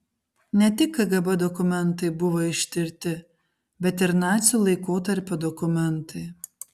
ne tik kgb dokumentai buvo ištirti bet ir nacių laikotarpio dokumentai